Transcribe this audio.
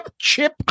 Chip